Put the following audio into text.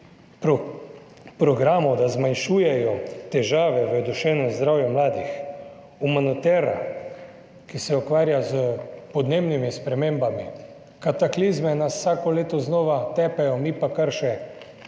programov, da zmanjšujejo težave v duševnem zdravju mladih. Umanotera, ki se ukvarja s podnebnimi spremembami. Kataklizme nas vsako leto znova tepejo, mi pa smo še